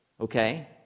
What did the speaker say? Okay